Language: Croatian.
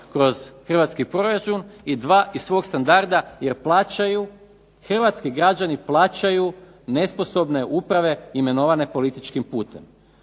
kroz hrvatski proračun i dva iz svog standarda, jer plaćaju, hrvatski građani plaćaju nesposobne uprave imenovane političkim putem